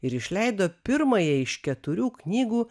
ir išleido pirmąją iš keturių knygų